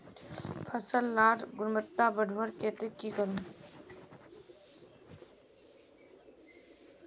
फसल लार गुणवत्ता बढ़वार केते की करूम?